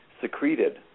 secreted